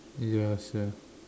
ya sia